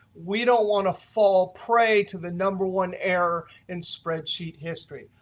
we don't want to fall prey to the number one error in spreadsheet history.